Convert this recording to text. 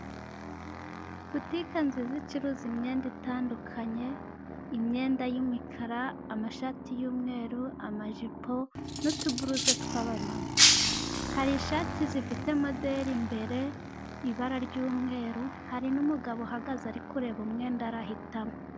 Butike nziza icuruza imyenda itandukanye, imyenda y'imikara, amashati yumweru, amajipo, n'utuburuze twaba mama, hari ishati zifite moderi imbere ibara ry'umweru, hari n'umugabo uhagaze, ari kureba umwenda arahitamo.